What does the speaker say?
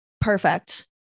Perfect